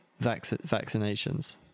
vaccinations